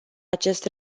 acest